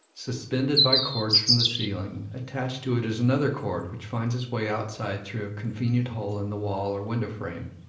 suspended by cords from the ceiling attached to it is another cord which finds its way outside through a convenient hole in the wall or window-frame.